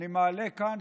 אני מעלה כאן,